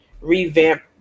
revamp